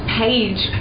page